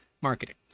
marketing